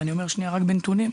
ואני אגיד שנייה בנתונים: